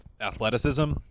athleticism